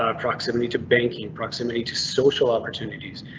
ah proximity to banking. proximity to social opportunities.